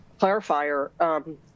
clarifier